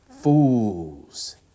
Fools